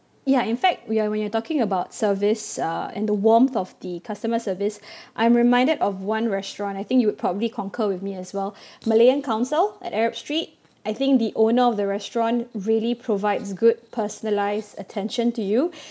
ya in fact we are when you're talking about service uh and the warmth of the customer service I'm reminded of one restaurant I think you would probably concur with me as well malayan council at arab street I think the owner of the restaurant really provides good personalised attention to you